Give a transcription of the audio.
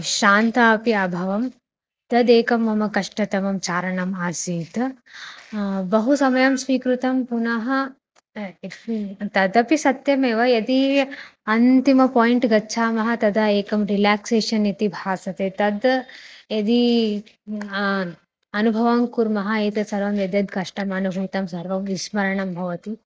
श्रान्ता अपि अभवं तदेकं मम कष्टतमं चारणम् आसीत् बहु समयं स्वीकृतं पुनः तदपि सत्यमेव यदि अन्तिमं पाय्ण्ट् गच्छामः तदा एकं रिलाक्सेशन् इति भासते तद् यदि अनुभवं कुर्मः एतत् सर्वं यद्यद् कष्टम् अनुभूतं सर्वं विस्मरणं भवति